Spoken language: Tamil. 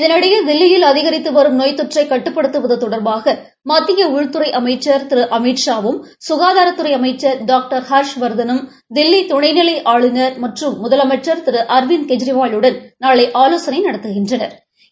இதனிடையே தில்லியில் அதிகரித்து வரும் நோய் தொற்றை கட்டுப்படுத்துவது தொடர்பாக மத்திய உள்துறை அமைச்சர் திரு அமித்ஷா வும் கனதாரத்துறை அமைச்சர் டாக்டர் ஹர்ஷவர்தனும் தில்லி தணை நிலை ஆளுநர் மற்றும் முதலமைச்ச் திரு அரவிந்த் கெஜ்ரிவாலுடன் நாளை ஆலோசளை நடத்துகின்றனா்